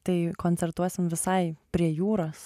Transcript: tai koncertuosim visai prie jūros